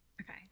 okay